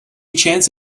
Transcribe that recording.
chance